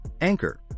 Anchor